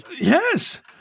Yes